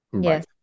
Yes